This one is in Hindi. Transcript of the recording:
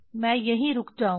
मैं यहीं रुक जाऊंगा